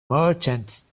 merchants